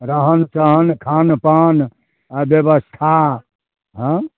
रहन सहन खानपान आ व्यवस्था आँय